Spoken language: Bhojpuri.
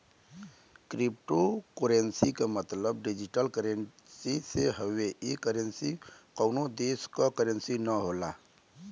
क्रिप्टोकोर्रेंसी क मतलब डिजिटल करेंसी से हउवे ई करेंसी कउनो देश क करेंसी न होला